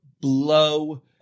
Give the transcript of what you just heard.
blow